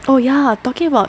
oh ya talking about